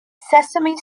sesame